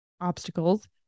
obstacles